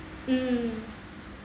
mm